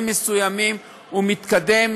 תודה רבה.